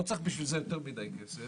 לא צריך בשביל זה יותר מדי כסף.